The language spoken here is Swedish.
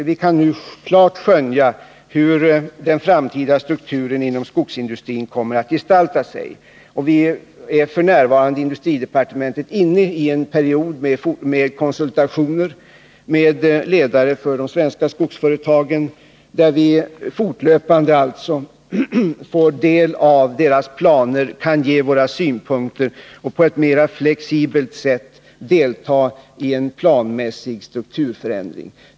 Vi kan nu klart skönja hur den framtida strukturen inom skogsindustrin kommer att gestalta sig. F.n. är vi i industridepartementet inne i en period av konsultationer med ledare för de svenska skogsföretagen, där vi fortlöpande får ta del av deras planer, kan anlägga våra synpunkter och på ett mera flexibelt sätt kan delta i en planmässig strukturförändring.